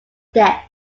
step